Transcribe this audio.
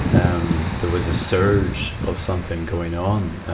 um, there was a surge of something going on, ah,